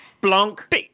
Blanc